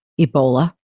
Ebola